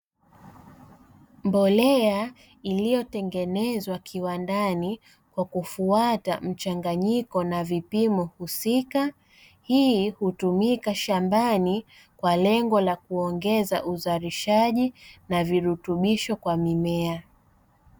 Mbolea iliyotengenezwa kiwandani kwa kufuata mchanganyiko na vipimo husika, hii hutumika shambani kwa lengo la kuongeza uzalishaji na virutubisho kwa mimea.